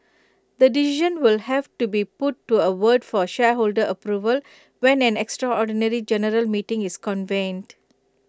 the decision will have to be put to A vote for shareholder approval when an extraordinary general meeting is convened